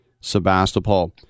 Sebastopol